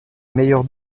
meilleur